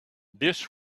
this